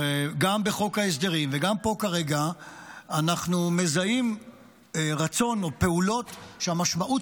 גם בחוק ההסדרים וגם פה כרגע אנחנו מזהים רצון או פעולות שהמשמעות